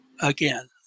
again